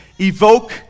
evoke